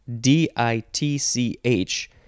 D-I-T-C-H